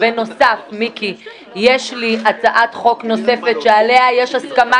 בנוסף יש לי הצעת חוק נוספת שעליה יש הסכמה